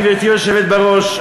גברתי היושבת בראש,